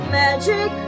magic